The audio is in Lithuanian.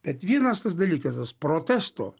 bet vienas tas dalykas tas protesto